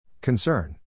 Concern